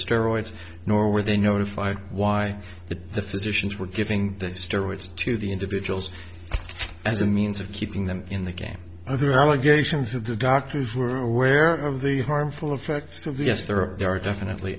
steroids nor were they notified why the physicians were giving the steroids to the individuals as a means of keeping them in the game other allegations of the doctors were aware of the harmful effects of the yes there are definitely